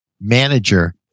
manager